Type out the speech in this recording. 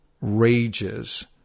rages